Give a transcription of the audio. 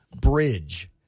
bridge